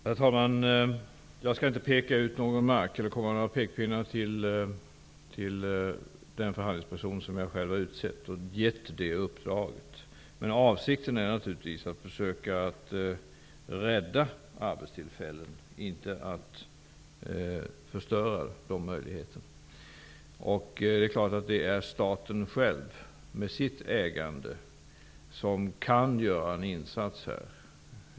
Herr talman! Jag skall inte peka ut någon mark, eller komma med några pekpinnar till den förhandlingsperson som jag själv utsett och gett uppdraget till. Avsikten är dock att försöka rädda arbetstillfällen, inte att förstöra sådana möjligheter. Det är staten själv, med sitt ägande, som kan göra en insats.